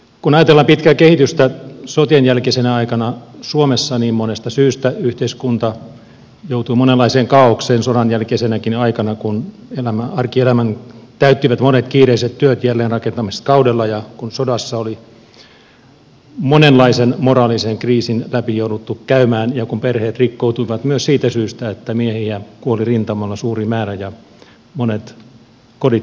kun ajatellaan pitkää kehitystä sotien jälkeisenä aikana suomessa niin monesta syystä yhteiskunta joutui monenlaiseen kaaokseen sodanjälkeisenäkin aikana kun arkielämän täyttivät monet kiireiset työt jälleenrakentamiskaudella ja kun sodassa oli monenlaisen moraalisen kriisin läpi jouduttu käymään ja kun perheet rikkoutuivat myös siitä syystä että miehiä kuoli rintamalla suuri määrä ja monet kodit särkyivät